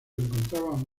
encontraban